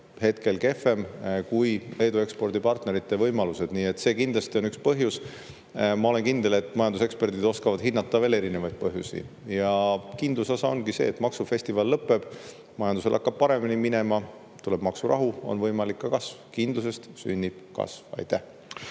kehvemad, kui on Leedu ekspordipartnerite [pakutavad] võimalused. See kindlasti on üks põhjus. Ma olen kindel, et majanduseksperdid oskavad hinnata veel eri põhjusi. Ja kindluse osa ongi see, et maksufestival lõpeb – majandusel hakkab paremini minema, tuleb maksurahu ja on võimalik ka kasv. Kindlusest sünnib kasv. Aitäh,